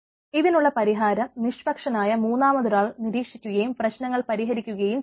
ഇതിനുള്ള പരിഹാരം നിഷ്പക്ഷനായ മുന്നാമതൊരാൾ നിരീക്ഷിക്കുകയും പ്രശ്നങ്ങൾ പരിഹരിക്കുകയും ചെയ്യണം